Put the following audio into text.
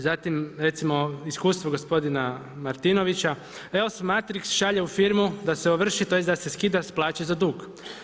Zatim recimo iskustvo gospodina Martinovića „EOS Matrix šalje u firmu da se ovrši, tj. da se skida s plaće za dug.